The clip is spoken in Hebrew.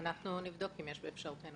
אנחנו נבדוק אם יש באפשרותנו